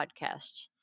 podcast